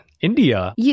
India